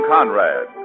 Conrad